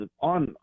on